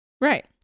Right